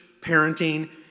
parenting